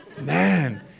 Man